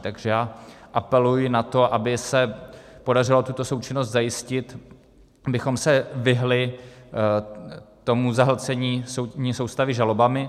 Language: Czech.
Takže apeluji na to, aby se podařilo tuto součinnost zajistit, abychom se vyhnuli zahlcení soudní soustavy žalobami.